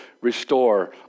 restore